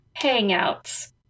hangouts